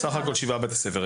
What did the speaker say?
סך הכול שבעה בתי ספר.